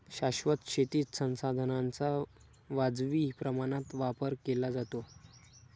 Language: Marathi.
शाश्वत शेतीत संसाधनांचा वाजवी प्रमाणात वापर केला जातो